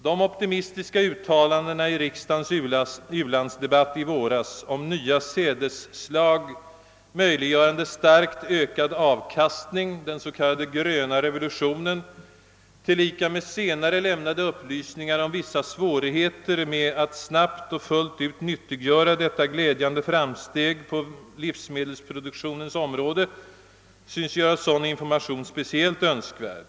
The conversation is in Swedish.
De optimistiska uttalandena i riksdagens u-landsdebatt i våras om nya sädesslags möjliggörande av starkt ökad avkastning — den s.k. gröna revolutionen — tillika med senare lämnade upplysningar om vissa svårigheter med att snabbt och fullt ut nyttiggöra detta glädjande framsteg på livsmedelsproduktionens område synes göra information av denna art speciellt önskvärd.